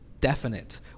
definite